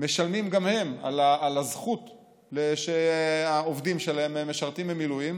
משלמים גם הם על הזכות שהעובדים שלהם משרתים במילואים.